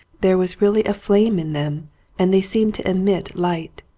there was really a flame in them and they seemed to emit light.